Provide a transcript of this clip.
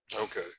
okay